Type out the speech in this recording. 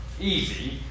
easy